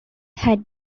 had